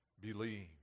believe